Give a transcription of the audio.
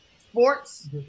sports